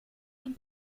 von